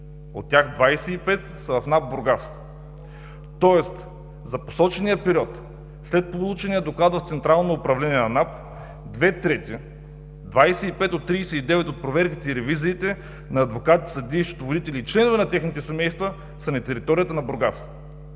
От тях 25 са в НАП Бургас, тоест за посочения период след получения доклад в Централното управление на НАП, две трети – 25 от 39 от проверките и ревизиите на адвокати, съдии и членове на техните семейства, са на територията на Бургас